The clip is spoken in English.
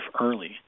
early